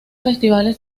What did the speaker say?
festivales